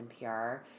NPR